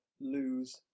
lose